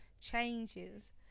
changes